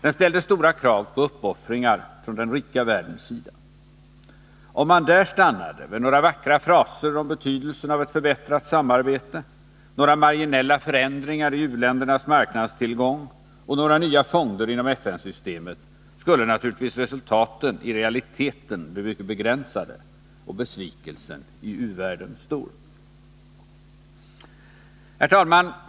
Den ställde stora krav på uppoffringar från den rika världens sida. Om man där stannade vid några vackra fraser om betydelsen av ett förbättrat samarbete, några marginella förändringar i u-ländernas marknadstillgång och några nya fonder inom FN-systemet skulle naturligtvis resultaten i realiteten bli mycket begränsade och besvikelsen i u-världen stor.